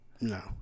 no